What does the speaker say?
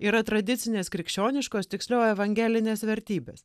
yra tradicinės krikščioniškos tikslioji evangelinės vertybės